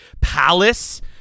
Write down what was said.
palace